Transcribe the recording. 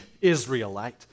Israelite